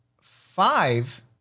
Five